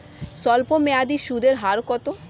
স্বল্পমেয়াদী সুদের হার কত?